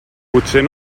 potser